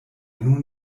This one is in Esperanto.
nun